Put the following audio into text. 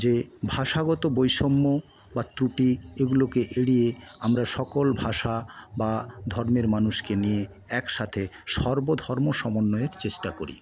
যে ভাষাগত বৈষম্য বা ত্রুটি এগুলোকে এড়িয়ে আমরা সকল ভাষা বা ধর্মের মানুষকে নিয়ে একসাথে সর্ব ধর্ম সমন্বয়ের চেষ্টা করি